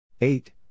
eight